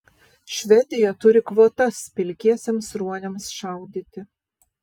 švedija turi kvotas pilkiesiems ruoniams šaudyti